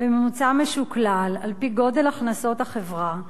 בממוצע משוקלל על-פי גודל הכנסות החברה,